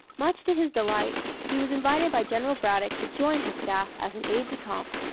much to his delight, he was invited by general braddock to join his staff as an aide-de-camp,